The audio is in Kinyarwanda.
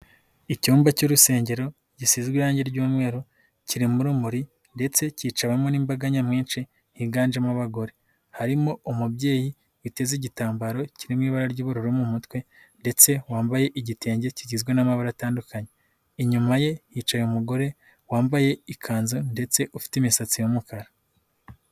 Icyumba cy'urusengero, gisizwe irangi ry'umweru, kiri mu rumuri, ndetse kicawemo n'imbaga nyamwinshi, higanjemo abagore. Harimo umubyeyi witeze igitambaro kirimo ibara ry'ubururu mu mutwe, ndetse wambaye igitenge kigizwe n'amabara atandukanye. Inyuma ye yicaye umugore wambaye ikanzu ndetse ufite imisatsi ya yumukara.